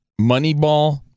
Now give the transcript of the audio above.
Moneyball